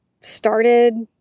started